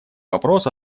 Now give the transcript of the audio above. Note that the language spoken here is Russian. вопрос